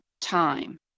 time